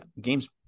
games